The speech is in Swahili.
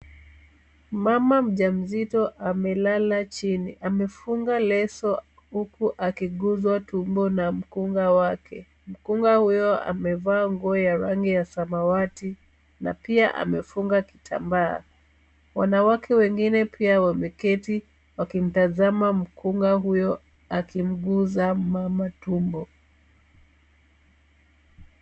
Mama mjamzito amelala chini amefunga leso huku akiguzwa tumbo na mkunga wake. Mkunga huyo amevaa nguo ya rangi ya samawati na pia amefunga kitambaa. Wanawake wengine pia wameketi wakimtazama mkunga huyo akimguza mama tumbo.